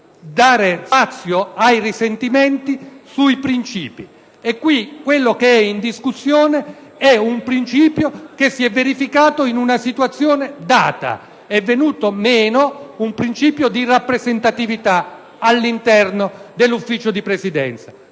dare spazio ai risentimenti sui principi. In questo caso, è in discussione un principio che si è verificato in una situazione data: è venuto meno un principio di rappresentatività all'interno del Consiglio di Presidenza.